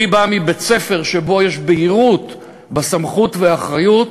אני בא מבית-ספר שבו יש בהירות בסמכות ובאחריות,